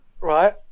Right